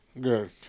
Good